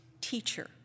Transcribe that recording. teacher